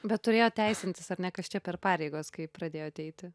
bet turėjot teisintis ar ne kas čia per pareigos kai pradėjot eiti